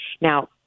Now